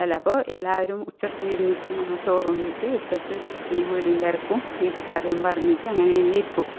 അല്ല അപ്പോൾ എല്ലാവരും ഉച്ചക്ക് ഇരുന്നിട്ട് നമ്മൾ ചോറുണ്ടിട്ട് ഉച്ചക്ക് ഈ ബീഡി തെറുക്കും ഇത് കഥയും പറഞ്ഞിട്ട് അങ്ങനേ ഇരിക്കും